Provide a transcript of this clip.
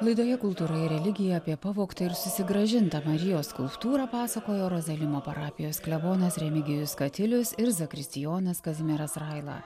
laidoje kultūra ir religija apie pavogtą ir susigrąžintą marijos skulptūrą pasakojo rozalimo parapijos klebonas remigijus katilius ir zakristijonas kazimieras raila